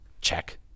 check